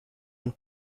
and